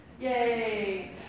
Yay